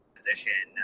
position